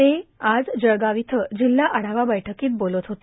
ते आज जळगाव इथं जिल्हा आढावा बैठकीत बोलत होते